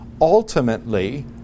ultimately